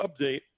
update